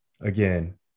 again